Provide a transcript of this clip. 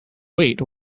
wait